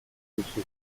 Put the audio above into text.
duzu